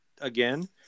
again